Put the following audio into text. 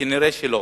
כנראה לא,